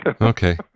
Okay